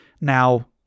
Now